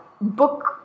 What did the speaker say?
book